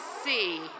see